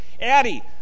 Addie